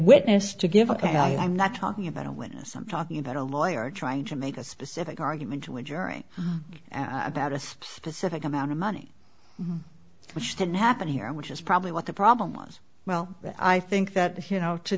witness to give a i'm not talking about a witness i'm talking about a lawyer trying to make a specific argument to a jury about a specific amount of money which didn't happen here which is probably what the problem was well i think that you know to